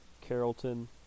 Carrollton